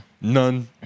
None